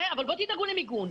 אבל בואו תדאגו למיגון.